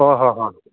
ꯍꯣꯏ ꯍꯣꯏ ꯍꯣꯏ